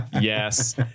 Yes